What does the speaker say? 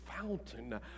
fountain